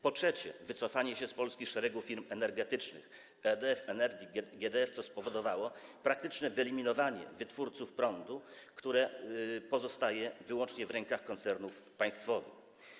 Po trzecie, wycofanie się z Polski szeregu firm energetycznych, EDF, ENERGA, GDF, co spowodowało praktyczne wyeliminowanie wytwórców prądu, co pozostaje wyłącznie w rękach koncernów państwowych.